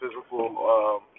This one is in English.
physical